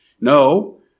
No